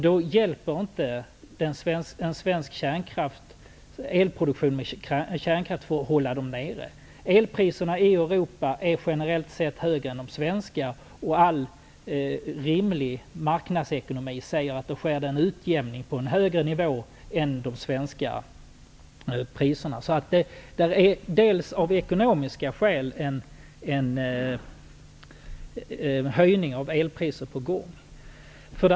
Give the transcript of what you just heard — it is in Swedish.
Då räcker det inte med elproduktion i svenska kärnkraftverk för att hålla dem nere. Elpriserna i Europa är generellt sett högre än de svenska. All rimlig marknadsekonomi säger att det sker en utjämning på en högre nivå än den svenska. Av ekonomiska skäl är en höjning av elpriserna alltså på gång.